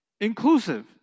inclusive